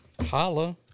Holla